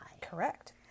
Correct